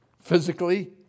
physically